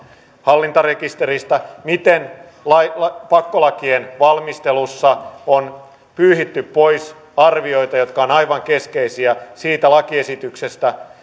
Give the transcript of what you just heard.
hallintarekisteristä miten pakkolakien valmistelussa on pyyhitty pois arvioita jotka ovat aivan keskeisiä siitä lakiesityksestä